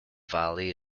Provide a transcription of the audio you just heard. valley